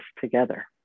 together